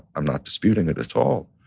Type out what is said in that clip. i'm not disputing it at all,